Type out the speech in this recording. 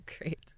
Great